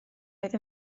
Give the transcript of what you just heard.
oedd